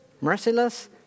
merciless